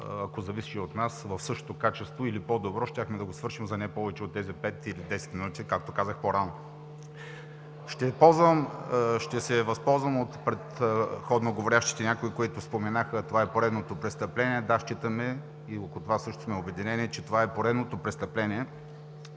ако зависеше от нас, в същото качество или по добро, щяхме да го свършим за не повече от тези пет или десет минути, както казах по-рано. Ще се възползвам от предходно говорящите, някои от които споменаха: „Това е поредното престъпление“. Да, считаме и около това също сме обединени, че това е поредното престъпление